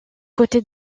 côté